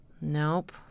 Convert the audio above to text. nope